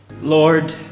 Lord